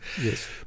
Yes